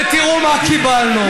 ותראו מה קיבלנו.